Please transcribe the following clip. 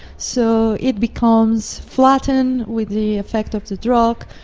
so it becomes flattened with the effect of the drug.